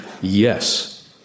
yes